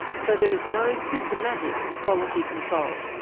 so there is no systematic quality control.